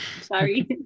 Sorry